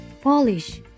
Polish